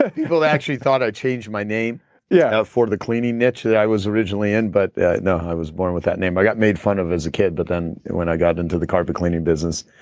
ah people had actually thought i changed my name yeah for the cleaning niche that i was originally in. but no, i was born with that name. i got made fun of as a kid, but then when i got into the carpet cleaning business,